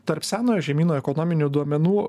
tarp senojo žemyno ekonominių duomenų